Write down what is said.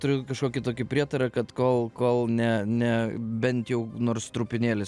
turiu kažkokį tokį prietarą kad kol kol ne ne bent jau nors trupinėlis